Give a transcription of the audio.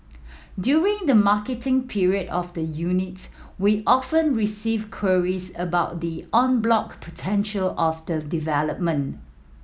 during the marketing period of the units we often receive queries about the en bloc potential of the development